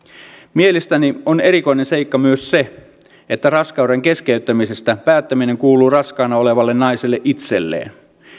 mielestäni on erikoinen seikka myös se että raskauden keskeyttämisestä päättäminen kuuluu raskaana olevalle naiselle itselleen